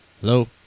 Hello